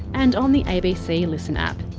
and on the abc listen app.